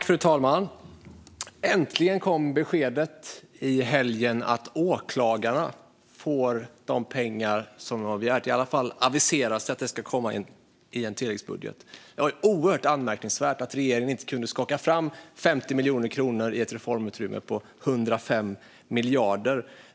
Fru talman! Äntligen kom beskedet i helgen om att åklagarna får de pengar som de har begärt. Det aviseras i alla fall att det ska komma i en tilläggsbudget. Det är oerhört anmärkningsvärt att regeringen inte kunde skaka fram 50 miljoner kronor i ett reformutrymme på 105 miljarder kronor.